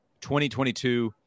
2022